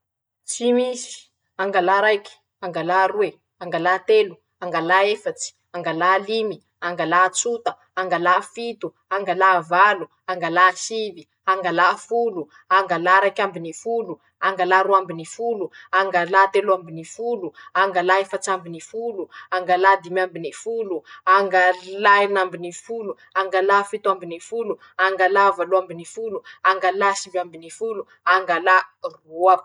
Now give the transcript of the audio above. Tsy misy, angala raiky, angala roe, angala telo, angala efatsy, angala limy, angala tsota, angala fito, angala valo, angala sivy, angala folo, angala raik'ambiny folo, angala roa ambiny folo, angala telo ambiny folo, angala efats'ambiny folo, angala dimy ambiny folo, angala enin'ambiny folo, angala fito ambiny folo, angala valo ambiny folo, angala sivy ambiny folo, angala roa.